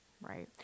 Right